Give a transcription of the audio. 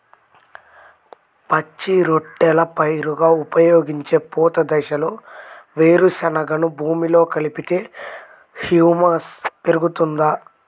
పచ్చి రొట్టెల పైరుగా ఉపయోగించే పూత దశలో వేరుశెనగను భూమిలో కలిపితే హ్యూమస్ పెరుగుతుందా?